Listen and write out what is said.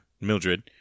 mildred